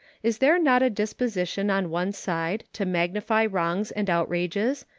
is there not a disposition on one side to magnify wrongs and outrages,